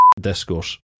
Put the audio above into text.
discourse